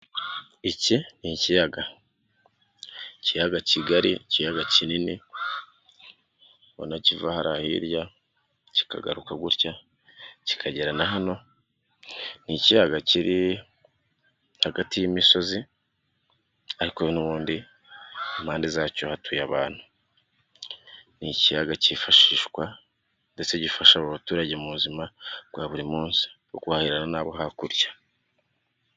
iiki ni ikiyaga. Ikiyaga kigari, ikiyaga kinini kiva harira hirya kikagaruka gutya, kikagera hano, ni ikiyaga kiri hagati y'imisozi ariko n'ubundi impande zacyo hatuye abantu. Ni ikiyaga cyifashishwa ndetse gifasha abaturage mu buzima bwa buri munsi n'abo hakurya.